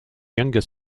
younger